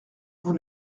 vous